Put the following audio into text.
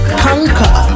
conquer